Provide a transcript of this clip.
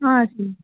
సరే